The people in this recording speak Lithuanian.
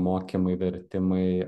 mokymai vertimai